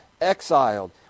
exiled